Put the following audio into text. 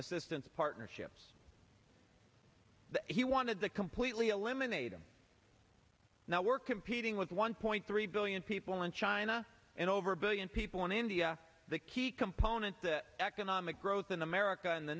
assistance partnerships that he wanted to completely eliminate and now we're competing with one point three billion people in china and over a billion people in india the key component to economic growth in america in the